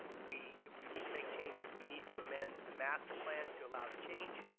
we if we need to make changes, we need to amend the master plan to allow the change.